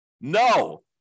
No